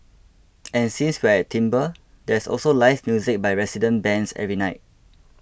and since we're at Timbre there's also live music by resident bands every night